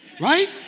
Right